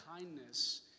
kindness